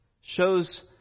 shows